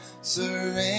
surrender